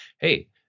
Hey